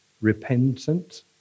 repentant